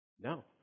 No